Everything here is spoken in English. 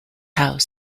home